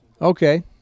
Okay